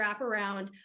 wraparound